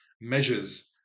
measures